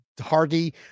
Hardy